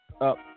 up